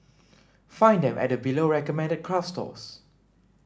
find them at the below recommended craft stores